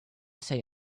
say